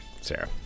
Sarah